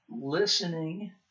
listening